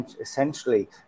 essentially